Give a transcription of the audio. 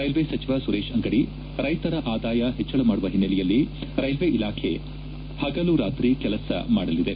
railway ಸಚಿವ ಸುರೇಶ್ ಅಂಗಡಿ ರೈತರ ಆದಾಯ ಹೆಚ್ಚಳ ಮಾದುವ ಹಿನ್ನೆಲೆಯಲ್ಲಿ ರೈಲ್ಲೆ ಇಲಾಖೆ ಹಗಲು ರಾತ್ರಿ ಕೆಲಸ ಮಾಡಲಿದೆ